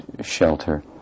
shelter